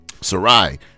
Sarai